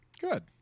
good